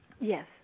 Yes